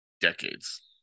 decades